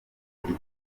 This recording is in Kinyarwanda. afite